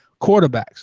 quarterbacks